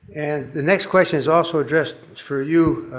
and the next question is also addressed for you,